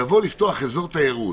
לפתוח אזור תיירות,